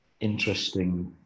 Interesting